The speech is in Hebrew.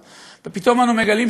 ופתאום אנו מגלים,